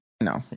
No